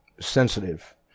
sensitive